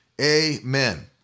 Amen